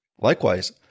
Likewise